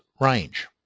range